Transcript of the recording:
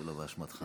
שלא באשמתך.